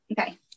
Okay